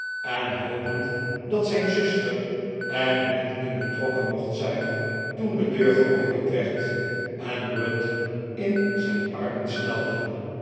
en hopend dat zijn zuster er niet in betrokken mocht zijn toen de deur geopend werd en ruth in zijn armen snelde